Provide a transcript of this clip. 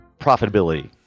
profitability